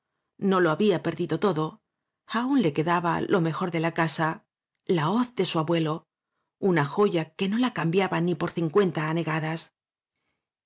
poco no lohabía perdido todo aún le quedaba lo mejor de la casa la hoz de su abuelo una joya queno la cambiaba ni por cincuenta hanegadas